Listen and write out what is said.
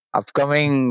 upcoming